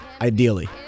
Ideally